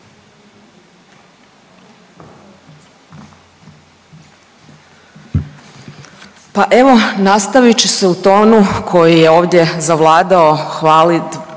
Pa evo nastavit ću se u tonu koji je ovdje zavladao hvaljenjem